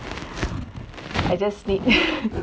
I just need